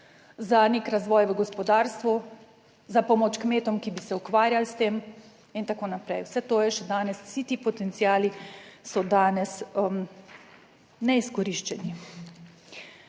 za nek razvoj v gospodarstvu, za pomoč kmetom, ki bi se ukvarjali s tem in tako naprej. Vse to je še danes, vsi ti potenciali, so danes neizkoriščeni.